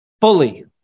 fully